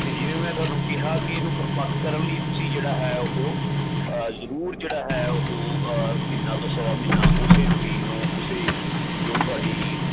ਅਤੇ ਜਿਵੇਂ ਮੈਂ ਤੁਹਾਨੂੰ ਕਿਹਾ ਕਿ ਇਹਨੂੰ ਪ੍ਰਪੱਖ ਕਰਨ ਲਈ ਤੁਸੀਂ ਜਿਹੜਾ ਹੈ ਉਹ ਜ਼ਰੂਰ ਜਿਹੜਾ ਹੈ ਉਹ ਮਹੀਨਾ ਤੋਂ ਸਵਾ ਮਹੀਨਾ ਉਸੇ ਰੂਟੀਨ ਨੂੰ ਉਸੇ ਜੋ ਤੁਹਾਡੀ